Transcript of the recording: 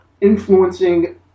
influencing